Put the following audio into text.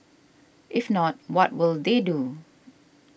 if not what will they do